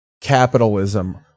capitalism